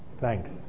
Thanks